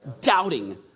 Doubting